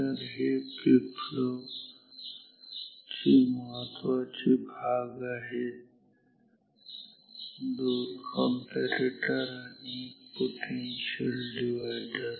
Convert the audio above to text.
तर हे फ्लिपफ्लॉप चे महत्वाचे भाग आहेत 2 कंपॅरेटर आणि 1 पोटेन्शियल डिव्हायडर